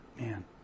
man